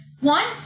One